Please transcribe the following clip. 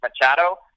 Machado